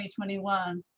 2021